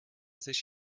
sich